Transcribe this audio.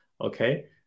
okay